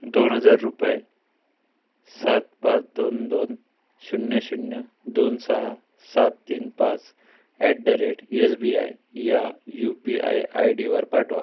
दोन हजार रुपये सात पाच दोन दोन शून्य शून्य दोन सहा सात तीन पाच at the rate S B I या यू पी आय आय डीवर पाठवा